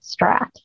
Strat